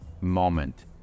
moment